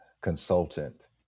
consultant